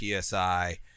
PSI